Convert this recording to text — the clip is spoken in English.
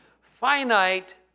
finite